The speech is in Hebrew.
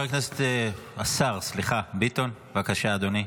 השר ביטון, בבקשה, אדוני.